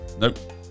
Nope